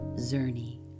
Zerny